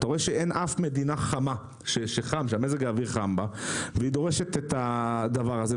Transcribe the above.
אתה רואה שאין מדינה עם מזג אוויר חם שדורשת את הדבר הזה,